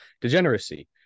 degeneracy